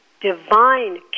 divine